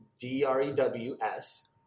D-R-E-W-S